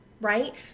right